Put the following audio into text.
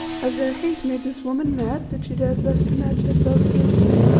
has her hate made this woman mad that she dares thus to match herself against me?